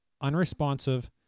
unresponsive